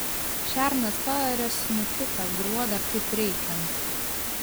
šernas paarė snukiu tą gruodą kaip reikiant